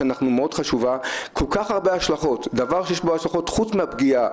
שזה היה בכנסת בגלגולים הקודמים שלי בתפקידים